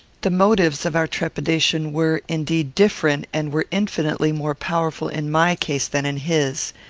the motives of our trepidation were, indeed, different, and were infinitely more powerful in my case than in his.